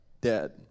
dead